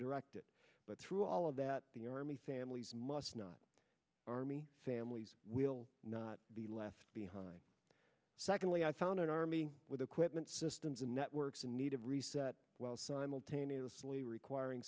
direct it but through all of that the army families must not army families will not be left behind secondly i found an army with equipment systems and networks in need of reset while simultaneously requiring